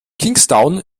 kingstown